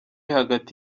hagati